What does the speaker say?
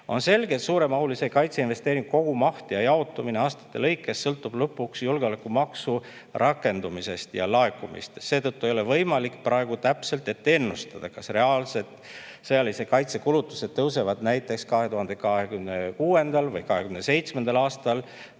On selge, et suuremahulise kaitseinvesteeringu kogumaht ja jaotumine aastate lõikes sõltub lõpuks julgeolekumaksu rakendumisest ja laekumistest. Seetõttu ei ole võimalik praegu täpselt ette ennustada, kas reaalsed sõjalise kaitse kulutused tõusevad 2026. või 2027. aastal